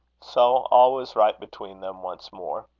so all was right between them once more.